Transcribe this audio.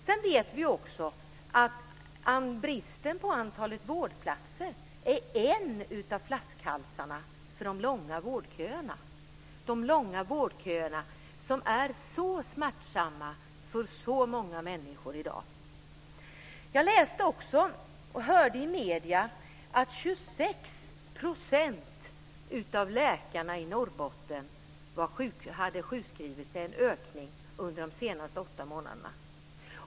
Sedan vet vi också att bristen på antalet vårdplatser är en av flaskhalsarna vid de långa vårdköerna, som är så smärtsamma för så många människor i dag. Jag läste och hörde i medierna att antalet läkare i 26 % de senaste åtta månaderna.